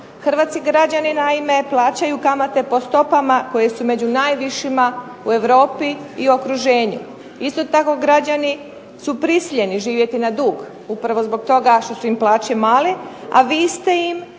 Hrvatski građani naime plaćaju kamate po stopama koje su među najvišima u Europi i u okruženju. Isto tako građani su prisiljeni živjeti na dug, upravo zbog toga što su im plaće male. A vi ste im